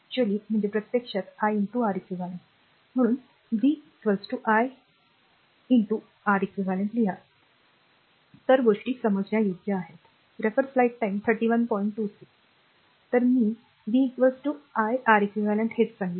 तर v प्रत्यक्षात i R eq म्हणून v v i R eq लिहा तर गोष्टी समजण्यायोग्य आहेत तर मी v i Req हेच सांगितले